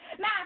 Now